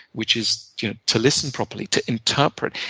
which is you know to listen properly, to interpret.